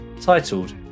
titled